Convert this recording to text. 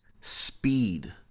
Speed